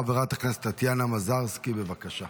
חברת הכנסת טטיאנה מזרסקי, בבקשה.